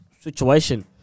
situation